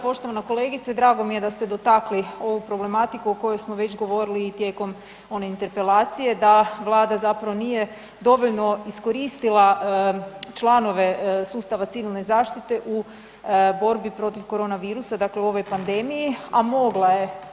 Poštovana kolegice drago mi je da ste dotakli ovu problematiku o kojoj smo već govorili i tijekom one interpelacije, da Vlada zapravo nije dovoljno iskoristila članove sustava civilne zaštite u borbi protiv koronavirusa, dakle u ovom pandemiji, a mogla je.